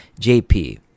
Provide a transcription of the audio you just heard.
JP